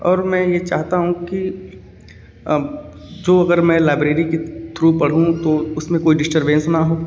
और मैं यह चाहता हूँ कि जो अगर मैं लाइब्रेरी के थ्रू पढ़ूँ तो उसमें कोई डिस्टर्बेन्स ना हो